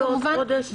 כמובן,